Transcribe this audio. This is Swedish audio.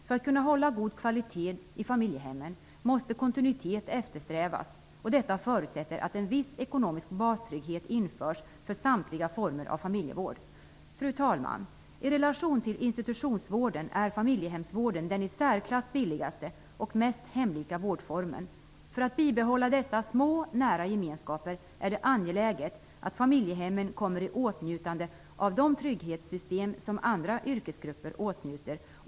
För att kunna hålla god kvalitet i familjehemmen måste kontinuitet eftersträvas. Detta förutsätter att en viss ekonomisk bastrygghet införs för samtliga former av familjevård. Fru talman! I relation till institutionsvården är familjehemsvården den i särklass billigaste och mest hemlika vårdformen. För att bibehålla dessa små nära gemenskaper är det angeläget att familjehemmen kommer i åtnjutande av de trygghetssystem som andra yrkesgrupper åtnjuter.